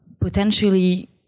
potentially